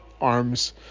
arms